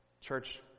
Church